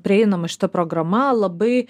prieinama šita programa labai